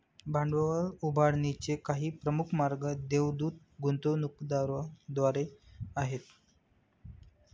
भांडवल उभारणीचे काही प्रमुख मार्ग देवदूत गुंतवणूकदारांद्वारे आहेत